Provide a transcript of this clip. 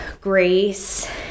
grace